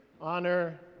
honor